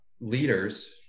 leaders